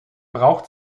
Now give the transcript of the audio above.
braucht